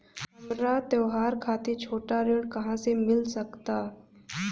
हमरा त्योहार खातिर छोट ऋण कहाँ से मिल सकता?